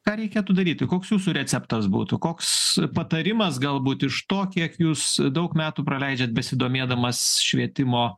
ką reikėtų daryti koks jūsų receptas būtų koks patarimas galbūt iš to kiek jūs daug metų praleidžiat besidomėdamas švietimo